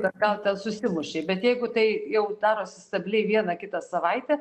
kad gal ten susimušei bet jeigu tai jau darosi stabiliai vieną kitą savaitę